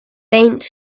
faint